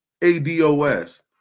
ADOS